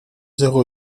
zéro